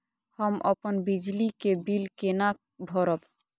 हम अपन बिजली के बिल केना भरब?